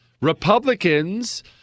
Republicans